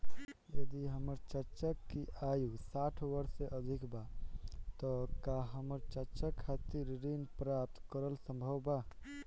यदि हमर चाचा की आयु साठ वर्ष से अधिक बा त का हमर चाचा खातिर ऋण प्राप्त करल संभव बा